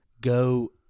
go